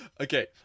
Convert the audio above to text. Okay